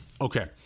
Okay